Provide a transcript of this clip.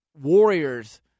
warriors